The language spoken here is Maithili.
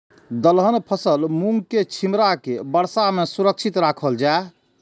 दलहन फसल मूँग के छिमरा के वर्षा में सुरक्षित राखल जाय?